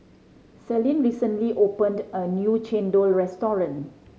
Celine recently opened a new chendol restaurant